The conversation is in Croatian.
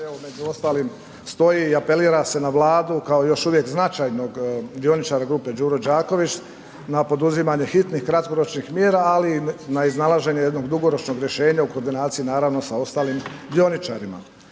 među ostalim stoji i apelira se na Vladu kao još uvijek značajnog dioničara grupe Đuro Đaković, na poduzimanje hitnih kratkoročnih mjera ali i na iznalaženje jednog drugoročnog rješenja u koordinaciji naravno sa ostalim dioničarima.